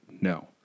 No